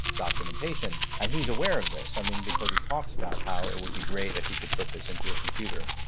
documentation, and he's aware of this, i mean, because he talks about how it would be great if he could put this into a computer